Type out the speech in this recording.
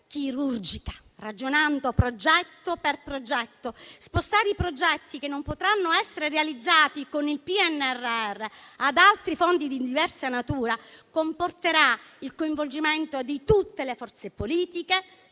chirurgica, ragionando progetto per progetto. Spostare i progetti che non potranno essere realizzati con il PNRR ad altri fondi di diversa natura comporterà il coinvolgimento di tutte le forze politiche